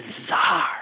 Bizarre